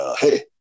hey